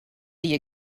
you